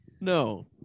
No